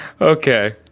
Okay